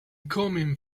coming